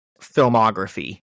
filmography